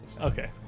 Okay